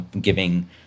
giving